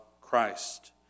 Christ